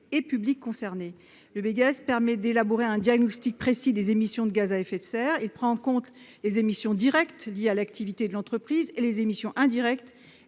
et publics concernés. Le Beges permet d'élaborer un diagnostic précis des émissions de gaz à effet de serre. Il prend en compte les émissions directes liées à l'activité de l'entreprise et les émissions indirectes